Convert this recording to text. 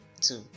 two